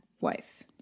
wife